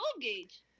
gauge